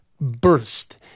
burst